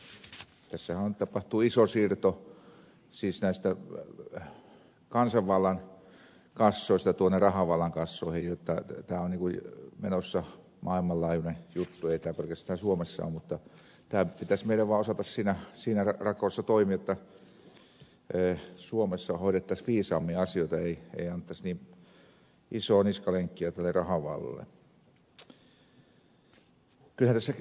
tässähän tapahtuu iso siirto kansanvallan kassoista tuonne rahanvallan kassoihin tässä on menossa maailmanlaajuinen juttu ei tämä pelkästään suomessa ole mutta meidän pitäisi vaan osata siinä rakosessa toimia jotta suomessa hoidettaisiin viisaammin asioita ei annettaisi niin isoa niskalenkkiä tälle rahanvallalle